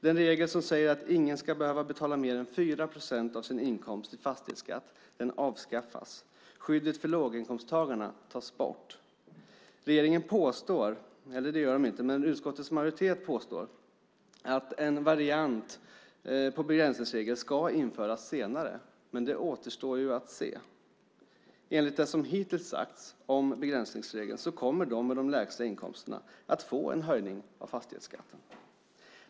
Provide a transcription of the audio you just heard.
Den regel som säger att ingen ska behöva betala mer än 4 procent av sin inkomst i fastighetsskatt avskaffas. Skyddet för låginkomsttagarna tas bort. Utskottets majoritet påstår att en variant av begränsningsregeln ska införas senare, men det återstår att se. Enligt det som hittills sagts om begränsningsregeln kommer de med de lägsta inkomsterna att få en höjning av fastighetsskatten.